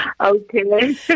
Okay